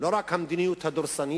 רק בגלל המדיניות הדורסנית,